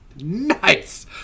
Nice